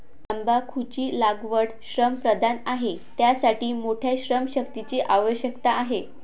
तंबाखूची लागवड श्रमप्रधान आहे, त्यासाठी मोठ्या श्रमशक्तीची आवश्यकता आहे